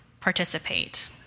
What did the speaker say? participate